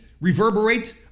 reverberate